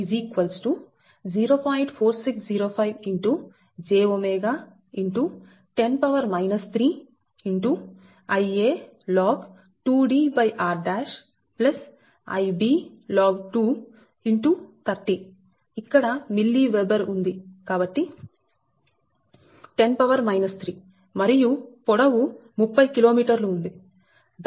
4605 x jꞷ x 10 3 x Ia log2Dr Ib log x 30 ఇక్కడ milli weber ఉంది కాబట్టి 10 3 మరియు పొడవు 30 కిలోమీటర్లు ఉంది